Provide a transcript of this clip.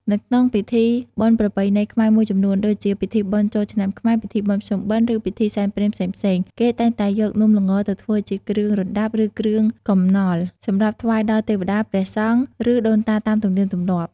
នៅក្នុងពិធីបុណ្យប្រពៃណីខ្មែរមួយចំនួន ដូចជាពិធីបុណ្យចូលឆ្នាំខ្មែរ ពិធីបុណ្យភ្ជុំបិណ្ឌ ឬពិធីសែនព្រេនផ្សេងៗ គេតែងតែយកនំល្ងទៅធ្វើជា គ្រឿងរណ្ដាប់ ឬគ្រឿងកំនល់ សម្រាប់ថ្វាយដល់ទេវតា ព្រះសង្ឃ ឬដូនតាតាមទំនៀមទម្លាប់។